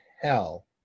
hell